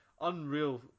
unreal